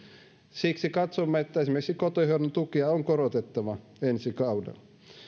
siksi katsomme että esimerkiksi kotihoidon tukea on korotettava ensi kaudella